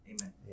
Amen